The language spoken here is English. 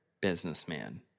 businessman